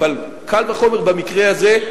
אבל קל וחומר במקרה הזה,